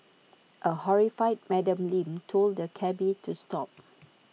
A horrified Madam Lin told the cabby to stop